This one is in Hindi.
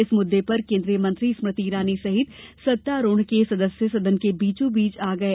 इस मुददें पर केन्द्रीय मंत्री स्मृति ईरानी सहित सत्तारूढ़ के सदस्य सदन के बीचोंबीच आ गये